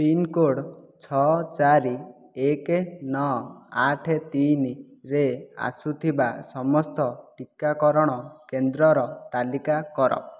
pin code ଛଅ ଚାରି ଏକ ନଅ ଆଠ ତିନିରେ ଆସୁଥିବା ସମସ୍ତ ଟିକାକରଣ କେନ୍ଦ୍ରର ତାଲିକା କର